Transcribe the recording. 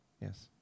Yes